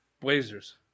Blazers